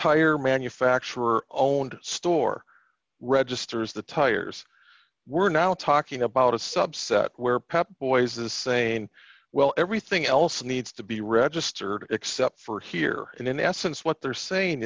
tire manufacturer oh and store registers the tires we're now talking about a subset where pep boys is saying well everything else needs to be registered except for here and in essence what they're saying